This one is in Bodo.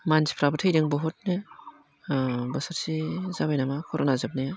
मानसिफ्राबो थैदों बहुदनो बोसोरसे जाबाय नामा कर'ना जोबनाया